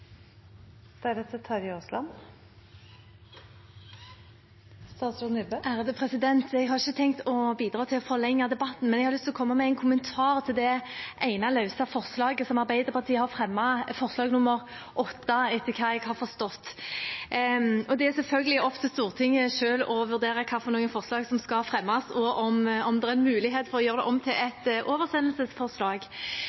har ikke tenkt å bidra til å forlenge debatten, men jeg har lyst til å komme med en kommentar til det ene løse forslaget som Arbeiderpartiet har fremmet, forslag nr. 8, etter hva jeg har forstått. Det er selvfølgelig opp til Stortinget selv å vurdere hvilke forslag som skal fremmes, og om det er mulighet for å gjøre det om til